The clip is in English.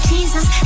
Jesus